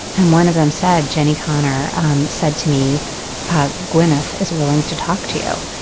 and one of them said jenni konner um said to me gwyneth is willing to talk to you.